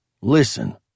Listen